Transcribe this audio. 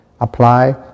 apply